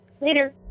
Later